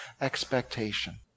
expectation